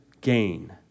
gain